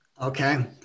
okay